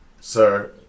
sir